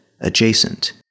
adjacent